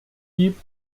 gibt